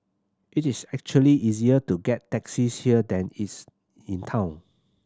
it is actually easier to get taxis here than its in town